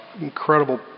incredible